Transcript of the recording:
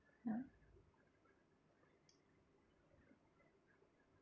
ya